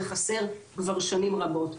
זה חסר כבר שנים רבות.